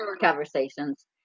conversations